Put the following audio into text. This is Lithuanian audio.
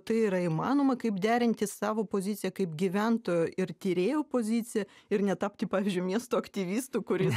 tai yra įmanoma kaip derinti savo poziciją kaip gyventojo ir tyrėjo poziciją ir netapti pavyzdžiui miesto aktyvistu kuris